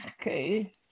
Okay